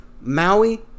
Maui